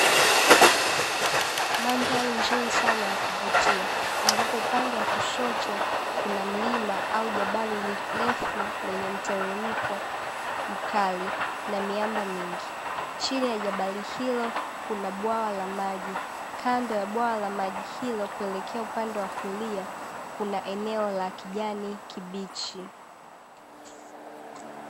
Mandhari nzuri sana ya kuvutia ambapo upande wa kushoto kuna mlima au jabali refu lenye mteremko mkali na miamba mingi. Chini ya jabali hilo kuna bwawa la maji. Kando ya bwawa la maji hilo kuelekea upande wa kulia kuna eneo la kijani kibichi.